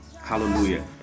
hallelujah